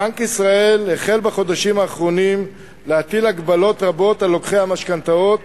בנק ישראל החל בחודשים האחרונים להטיל הגבלות רבות על לוקחי המשכנתאות